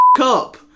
up